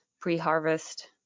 pre-harvest